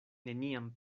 neniam